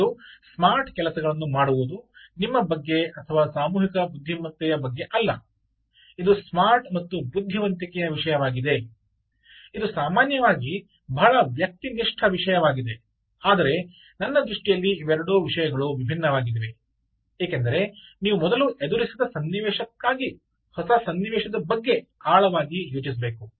ಇದು ಸ್ಮಾರ್ಟ್ ಕೆಲಸಗಳನ್ನು ಮಾಡುವುದು ನಿಮ್ಮ ಬಗ್ಗೆ ಅಥವಾ ಸಾಮೂಹಿಕ ಬುದ್ಧಿಮತ್ತೆಯ ಬಗ್ಗೆ ಅಲ್ಲ ಇದು ಸ್ಮಾರ್ಟ್ ಮತ್ತು ಬುದ್ಧಿವಂತಿಕೆಯ ವಿಷಯವಾಗಿದೆ ಇದು ಸಾಮಾನ್ಯವಾಗಿ ಬಹಳ ವ್ಯಕ್ತಿನಿಷ್ಠ ವಿಷಯವಾಗಿದೆ ಆದರೆ ನನ್ನ ದೃಷ್ಟಿಯಲ್ಲಿ ಇವೆರಡು ವಿಷಯಗಳು ವಿಭಿನ್ನವಾಗಿವೆ ಏಕೆಂದರೆ ನೀವು ಮೊದಲು ಎದುರಿಸದ ಸನ್ನಿವೇಶಕ್ಕಾಗಿ ಹೊಸ ಸನ್ನಿವೇಶದ ಬಗ್ಗೆ ಆಳವಾಗಿ ಯೋಚಿಸಬೇಕು